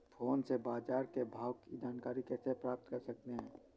Phone से बाजार के भाव की जानकारी कैसे प्राप्त कर सकते हैं?